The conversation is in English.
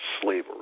slavery